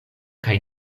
kaj